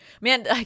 Man